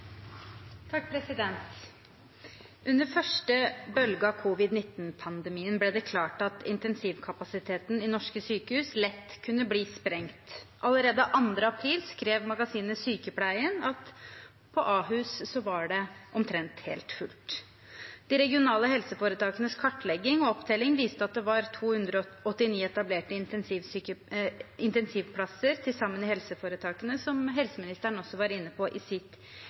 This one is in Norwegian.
Under første bølge av covid-19-pandemien ble det klart at intensivkapasiteten i norske sykehus lett kunne bli sprengt. Allerede den 2. april skrev magasinet Sykepleien at det på Ahus var omtrent helt fullt. De regionale helseforetakenes kartlegging og opptelling viste at det var 289 etablerte intensivplasser til sammen i helseforetakene, som helseministeren også var inne på i sitt